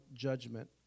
Judgment